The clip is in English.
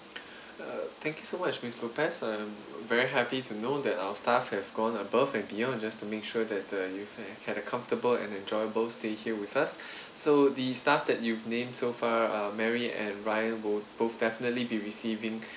uh thank you so much miss lopez I'm very happy to know that our staff have gone above and beyond just to make sure that the you have have a comfortable and enjoyable stay here with us so the staff that you've named so far uh mary and ryan will both definitely be receiving